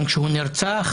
גם כשהוא נרצח?